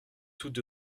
toutes